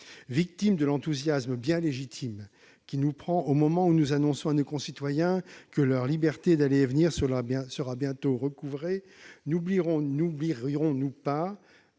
Victimes de l'enthousiasme bien légitime qui nous prend au moment où nous annonçons à nos concitoyens que leur liberté d'aller et venir sera bientôt recouvrée, n'oublierions-nous pas